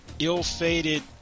ill-fated